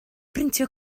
brintio